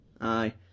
Aye